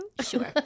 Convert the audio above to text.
sure